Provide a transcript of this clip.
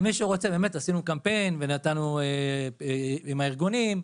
עשינו קמפיין עם הארגונים.